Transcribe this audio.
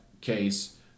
case